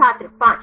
छात्र 5